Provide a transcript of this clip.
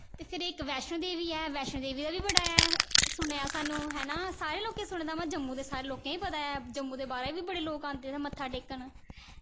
ते फिर इक वैष्णो देवी ऐ वैष्णो देवी दा बी बड़ा ऐ सुनेआ सानूं है ना सारें लोकें सुने दा उ'यां जम्मू ते सारें गी पता ऐ जम्मू दे बाह्रै दे बी बड़े लोग आंदे न मत्था टेकन